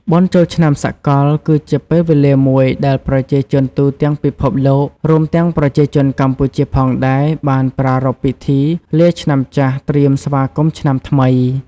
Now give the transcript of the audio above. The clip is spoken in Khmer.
បុណ្យចូលឆ្នាំសកល គឺជាពេលវេលាមួយដែលប្រជាជនទូទាំងពិភពលោក រួមទាំងប្រជាជនកម្ពុជាផងដែរ បានប្រារព្ធពិធីលាឆ្នាំចាស់ ត្រៀមស្វាគមន៍ឆ្នាំថ្មី។